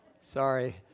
Sorry